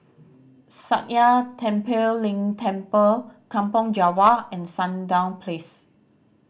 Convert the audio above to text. Sakya Tenphel Ling Temple Kampong Java and Sandown Place